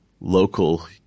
local